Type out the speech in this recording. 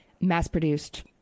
mass-produced